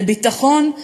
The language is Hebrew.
לביטחון,